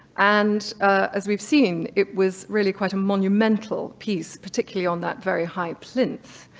and as we've seen it was really quite a monumental piece, particularly on that very high plint.